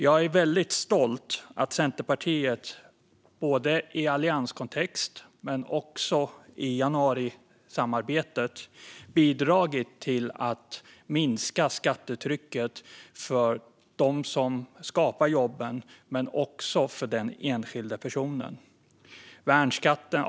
Jag är väldigt stolt över att Centerpartiet både i allianskontext och i januarisamarbetet har bidragit till att minska skattetrycket såväl för dem som skapar jobben som för enskilda personer.